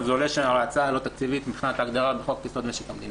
עולה שההצעה לא תקציבית מבחינת ההגדרה בחוק יסוד: משק המדינה.